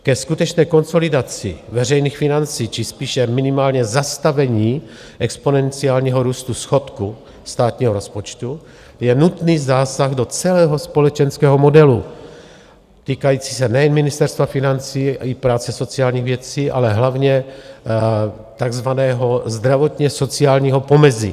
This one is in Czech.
Ke skutečné konsolidaci veřejných financí či spíše minimálně zastavení exponenciálního růstu schodku státního rozpočtu je nutný zásah do celého společenského modelu týkající se nejen Ministerstva financí, i práce, sociálních věcí, ale hlavně tzv. zdravotně sociálního pomezí.